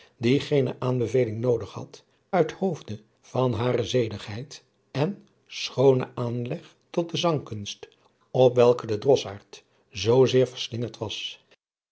die geene aanbeveling noodig had uit hoofde van hare zedigheid en schoonen aanleg tot de zangkunst op welke de drossaard zoo zeer verslingerd was